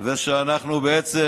20 ומשהו עוזרים.